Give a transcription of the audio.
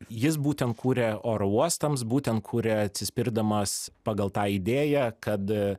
jis būtent kuria oro uostams būtent kuria atsispirdamas pagal tą idėją kad